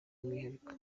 umwihariko